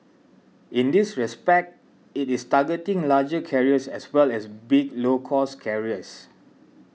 in this respect it is targeting larger carriers as well as big low cost carriers